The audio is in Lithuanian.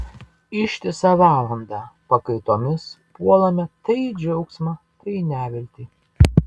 ištisą valandą pakaitomis puolame tai į džiaugsmą tai į neviltį